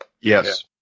Yes